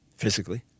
physically